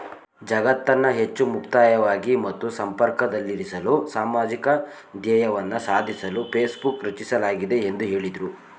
ಜಗತ್ತನ್ನ ಹೆಚ್ಚು ಮುಕ್ತವಾಗಿ ಮತ್ತು ಸಂಪರ್ಕದಲ್ಲಿರಿಸಲು ಸಾಮಾಜಿಕ ಧ್ಯೇಯವನ್ನ ಸಾಧಿಸಲು ಫೇಸ್ಬುಕ್ ರಚಿಸಲಾಗಿದೆ ಎಂದು ಹೇಳಿದ್ರು